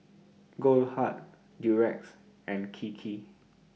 Goldheart Durex and Kiki